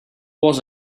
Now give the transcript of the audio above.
was